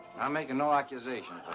i'm making no accusations,